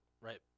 right